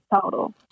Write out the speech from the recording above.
total